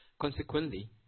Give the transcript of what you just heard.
consequently